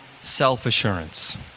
self-assurance